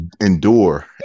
endure